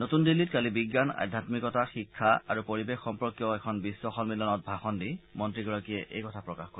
নতুন দিল্লীত কালি বিজ্ঞান আধ্যামিকতা শিক্ষা আৰু পৰিৱেশ সম্পৰ্কীয় এখন বিশ্ব সন্মিলনত ভাষণ দি মন্ত্ৰীগৰাকীয়ে এই কথা প্ৰকাশ কৰে